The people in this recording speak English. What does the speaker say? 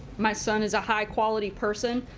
my son is a high-quality person,